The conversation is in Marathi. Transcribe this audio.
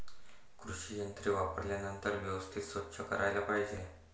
कृषी यंत्रे वापरल्यानंतर व्यवस्थित स्वच्छ करायला पाहिजे